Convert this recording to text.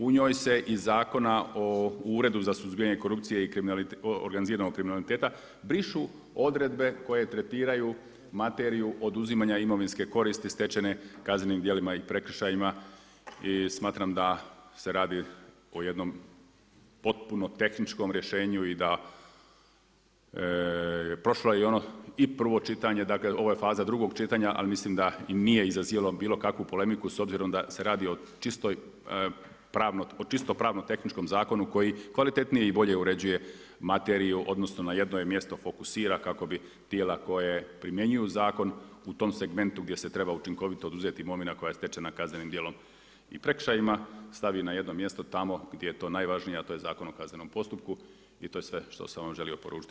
U njoj se iz Zakona o Uredu za suzbijanje korupcije i organiziranog kriminaliteta brišu odredbe koje tretiraju materiju oduzimanja imovinske koristi stečene kaznenim djelima i prekršajima i smatram da se radi o jednom potpuno tehničkom rješenju i da prošlo je i prvo čitanje dakle ovo je faza drugog čitanja, ali mislim da nije izazivalo bilo kakvu polemiku s obzirom da se radi o čisto pravno-tehničkom zakonu koji kvalitetnije i bolje uređuje materiju odnosno na jedno je mjesto fokusira kako bi tijela koja primjenjuju zakon u tom segmentu gdje se treba učinkovito oduzeti imovina koja je stečena kaznenim djelom i prekršajima stavi na jedno mjesto tamo gdje je to najvažnije, a to je Zakon o kaznenom postupku i to je sve što sam vam želio poručiti.